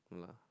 no lah